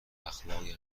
اخلاقی